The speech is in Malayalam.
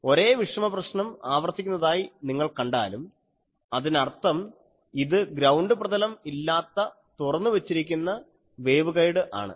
ഒരേ വിഷമപ്രശ്നം ആവർത്തിക്കുന്നതായി നിങ്ങൾ കണ്ടാലും അതിനർത്ഥം ഇത് ഗ്രൌണ്ട് പ്രതലം ഇല്ലാത്ത തുറന്നുവച്ചിരിക്കുന്ന വേവ്ഗൈഡ് ആണ്